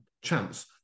chance